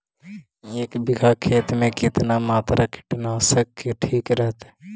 एक बीघा खेत में कितना मात्रा कीटनाशक के ठिक रहतय?